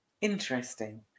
interesting